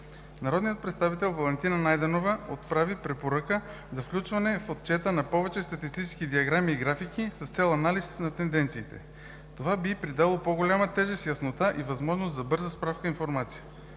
Народният представител Валентина Найденова отправи препоръка за включване в отчета на повече статистически диаграми и графики, с цел анализ на тенденциите. Това би придало по-голяма тежест, яснота и възможност за бърза справка и информация.